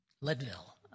Leadville